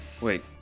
Wait